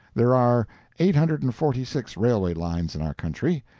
there are eight hundred and forty six railway lines in our country,